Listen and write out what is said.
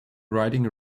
riding